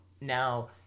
now